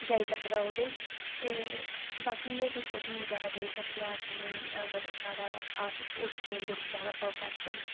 जाई सकदा ओह्दे ते बाकी एह् ऐ कि कोचिंग बगैरा देई सकदे आं अस उनें गी जेकर साढ़ा ओह् इस गेम बिच जादा परफेक्ट न